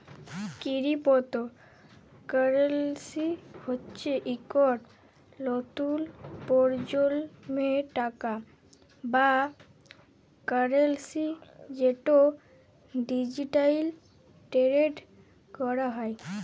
crypto currency হচ্যে ইকট লতুল পরজলমের টাকা বা কারেলসি যেট ডিজিটালি টেরেড ক্যরা হয়